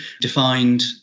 defined